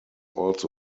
also